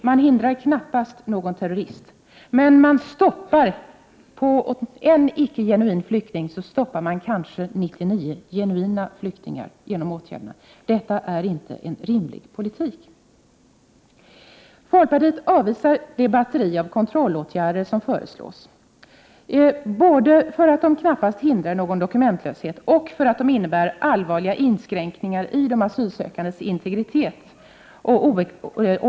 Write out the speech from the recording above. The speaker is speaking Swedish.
Man hindrar knappast någon terrorist. På 1 icke genuin flykting stoppas kanske 99 genuina flyktingar. Detta är inte en rimlig politik. Folkpartiet avvisar det batteri av kontrollåtgärder som föreslås, både för att de knappast hindrar någon dokumentlöshet och för att de innebär allvarliga inskränkningar i de asylsökandes integritet.